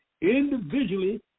individually